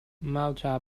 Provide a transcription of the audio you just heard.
malta